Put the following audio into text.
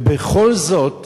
ובכל זאת